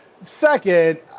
Second